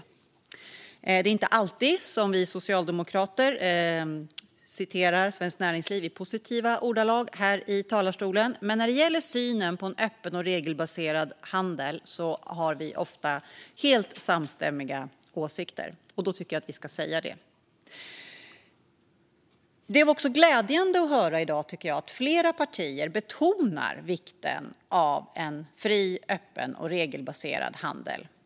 Det är inte alltid som vi socialdemokrater refererar till Svenskt Näringsliv i positiva ordalag här i talarstolen. Men när det gäller synen på en öppen och regelbaserad handel har vi ofta helt samstämmiga åsikter, och då tycker jag att vi ska säga det. Det var också glädjande att höra i dag att flera partier betonar vikten av en fri, öppen och regelbaserad handel.